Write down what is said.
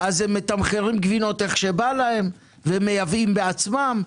אז הם מתמחירים גבינות איך שבא להם ומייבאים בעצמם.